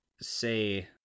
say